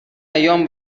ایام